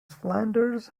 flanders